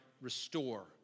restore